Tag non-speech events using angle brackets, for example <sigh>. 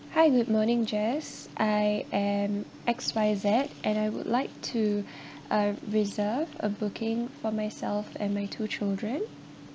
hi good morning jess I am X Y Z and I would like to <breath> uh reserve a booking for myself and my two children